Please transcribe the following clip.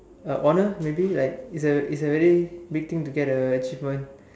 a honour maybe it's a it's a very big thing to get an achievement